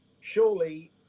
surely